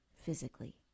physically